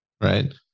Right